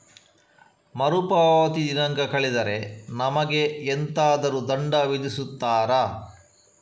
ಮರುಪಾವತಿ ದಿನಾಂಕ ಕಳೆದರೆ ನಮಗೆ ಎಂತಾದರು ದಂಡ ವಿಧಿಸುತ್ತಾರ?